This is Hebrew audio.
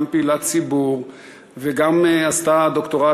גם פעילת ציבור וגם עשתה דוקטורט